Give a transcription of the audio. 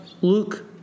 Luke